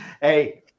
hey